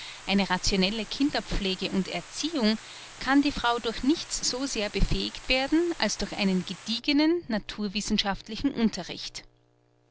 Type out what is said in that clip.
eine rationelle kinderpflege und erziehung kann die frau durch nichts so sehr befähigt werden als durch einen gediegenen naturwissenschaftlichen unterricht